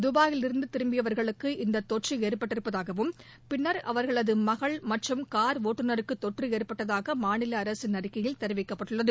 துபாயிலிருந்து திரும்பியவர்களுக்கு இந்த தொற்று இஏற்பட்டிருந்ததாகவும் பின்னர் அவர்களது மகள் மற்றும் கார் ஒட்டுநருக்கு தொற்று ஏற்பட்டதாக மாநில அரசின் அறிக்கையில் தெரிவிக்கப்பட்டுள்ளது